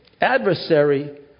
adversary